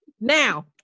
now